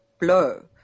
blow